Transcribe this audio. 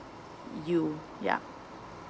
you yup